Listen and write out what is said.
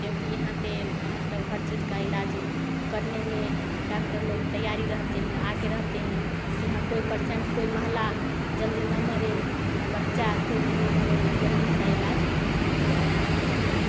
क्योंकि यहाँ पे मतलब हर चीज़ का इलाज करने में डाकडर लोग तैयार ही रहते हैं आगे रहते हैं कि हाँ कोई परसेंट कोई महिला जल्दी न मरे न बच्चा कोई भी न मरे जल्दी सा इलाज हो जाता है वहाँ पे